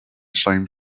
same